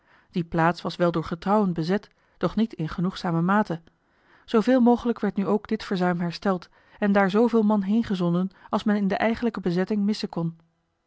die plaats was wel door getrouwen bezet doch niet in genoegzame mate zooveel mogelijk werd nu ook dit verzuim hersteld en daar zooveel man heengezonden als men in de eigenlijke bezitting missen kon